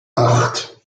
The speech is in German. acht